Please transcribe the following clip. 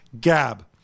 Gab